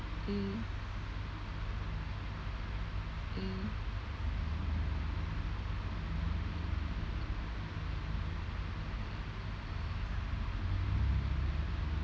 mm mm